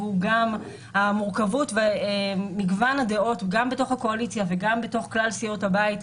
וגם המורכבות ומגוון הדעות בתוך הקואליציה ובתוך כלל סיעות הבית.